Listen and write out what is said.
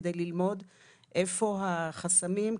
כדי ללמוד איפה החסמים,